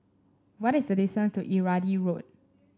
what is the distance to Irrawaddy Road